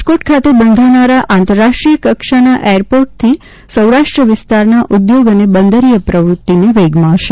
રાજકોટ ખાતે બંધાનારા આંતરરાષ્ટ્રીય કક્ષાના એરપોર્ટથી સૌરાષ્ટ્ર વિસ્તારના ઉદ્યોગ અને બંદરીય પ્રવૃત્તિને વેગ મળશે